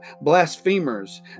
blasphemers